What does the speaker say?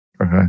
Okay